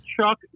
Chuck